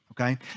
okay